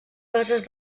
bases